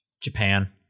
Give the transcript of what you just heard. Japan